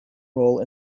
role